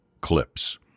clips